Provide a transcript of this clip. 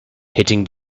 hitting